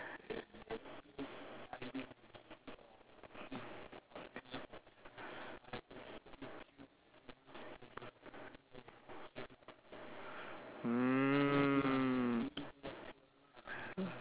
mm